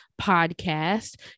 podcast